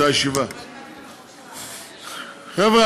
חבר'ה,